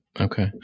Okay